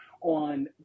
on